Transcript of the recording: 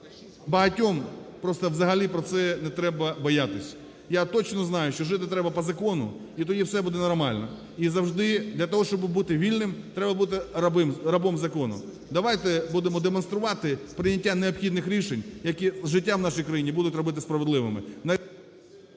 багатьом просто взагалі про це не треба боятися. Я точно знаю, що жити треба по закону, і тоді все буде нормально. І зажди для того, щоби бути вільним, треба бути рабом закону. Давайте будемо демонструвати прийняття необхідних рішень, які життя в нашій країні будуть робити справедливими…